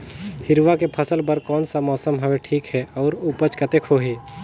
हिरवा के फसल बर कोन सा मौसम हवे ठीक हे अउर ऊपज कतेक होही?